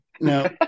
no